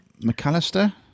McAllister